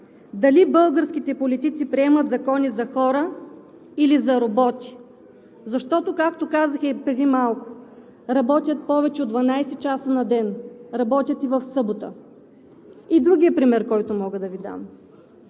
дали българските политици приемат закони за хора или за роботи? Защото, както казах и преди малко, работят повече от 12 часа на ден, работят и в събота. И другия пример, който мога да Ви дам.